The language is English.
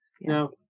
now